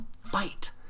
fight